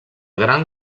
gran